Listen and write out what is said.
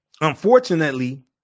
Unfortunately